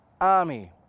army